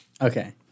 Okay